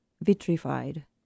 vitrified